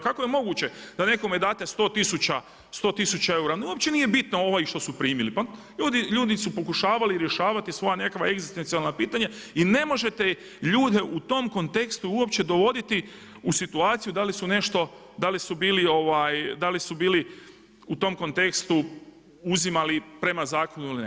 Kako je moguće da nekome date 100 tisuća eura, uopće nije bitno što su primili, pa ljudi su pokušavali rješavati svoja nekakva egzistencijalna pitanja i ne možete ljude u tom kontekstu uopće dovoditi u situaciju da li su nešto, da li su bili u tom kontekstu uzimali prema zakonu ili ne.